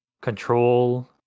Control